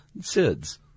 SIDS